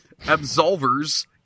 Absolvers